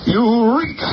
Eureka